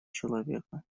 человека